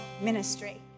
ministry